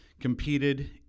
competed